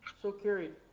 so carried.